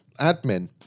admin